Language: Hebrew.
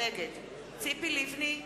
ציפי לבני,